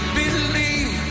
believe